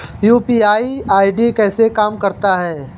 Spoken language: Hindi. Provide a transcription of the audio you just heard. यू.पी.आई आई.डी कैसे काम करता है?